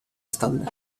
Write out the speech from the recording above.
stalle